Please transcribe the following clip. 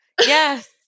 Yes